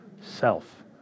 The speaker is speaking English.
self